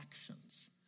actions